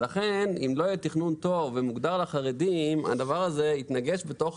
לכן אם לא יהיה תכנון טוב ומוגדר לחרדים הדבר הזה יתנגש בתוך